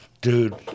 Dude